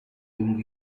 lungo